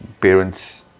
parents